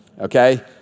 okay